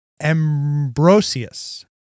Ambrosius